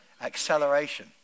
Acceleration